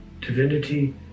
divinity